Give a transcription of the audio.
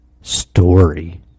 story